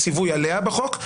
ציווי עליה בחוק,